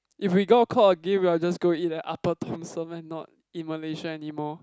if we got caught again we are just go eat at Upper Thomson and not in Malaysia anymore